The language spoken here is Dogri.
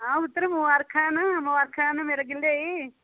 आं पुत्तर मबारखां न मबारखां न मेरे गिल्लै ई